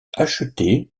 acheté